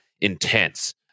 intense